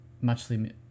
muchly